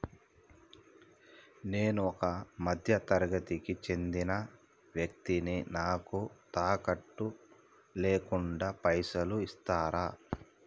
నేను ఒక మధ్య తరగతి కి చెందిన వ్యక్తిని నాకు తాకట్టు లేకుండా పైసలు ఇస్తరా?